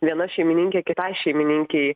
viena šeimininkė kitai šeimininkei